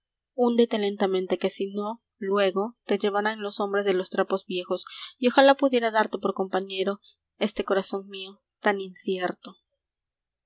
invierno húndete lentamente que si no luego te llevarán los hombres de los trapos viejos y ojalá pudiera darte por compañero este corazón mío tan incierto